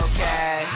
Okay